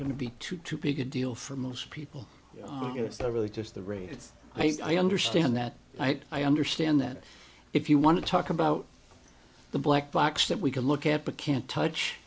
to be too too big a deal for most people it's not really just the rate it's i understand that i understand that if you want to talk about the black box that we can look at but can't touch